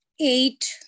eight